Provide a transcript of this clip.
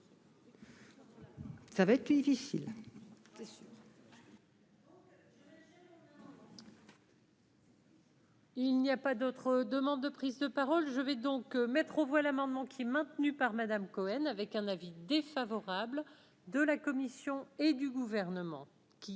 ça va être plus difficile. Il n'y a pas d'autres demandes de prise de parole, je vais donc mettre aux voix l'amendement qui est maintenu par Madame Cohen, avec un avis défavorable de la Commission et du gouvernement qui